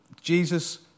Jesus